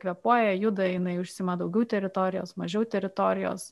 kvėpuoja juda jinai užsiima daugiau teritorijos mažiau teritorijos